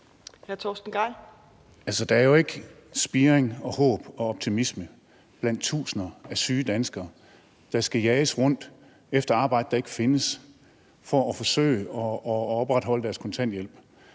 Der er jo ikke spiring og håb og optimisme blandt tusinder af syge danskere, der skal jages rundt efter arbejde, der ikke findes, for at forsøge at opretholde deres kontanthjælp.